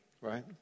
right